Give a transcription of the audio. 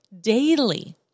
daily